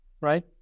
right